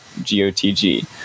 GOTG